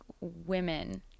women